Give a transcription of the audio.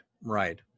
right